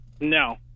No